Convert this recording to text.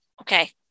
Okay